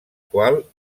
qual